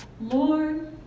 Lord